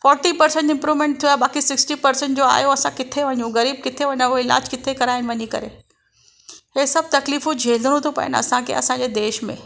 forty percent improvement थियो आहे बाक़ी सिक्स्टी परसेंट जो आहे उहो असां किथे वञू ग़रीबु किथे वञे हू इलाजु किथे कराइनि वञी करे हे सभु तकलिफ़ूं झेलणी थियूं पइनि असांखे असांजे देश में